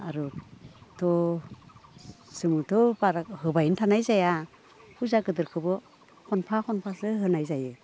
आरो थ' जोङोथ' बारा होबायानो थानाय जाया फुजा गिदिरखौबो खनफा खनफासो होनाय जायो